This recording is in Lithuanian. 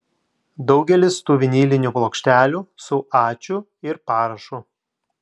daugelis tų vinilinių plokštelių su ačiū ir parašu